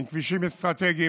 עם כבישים אסטרטגיים,